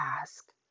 ask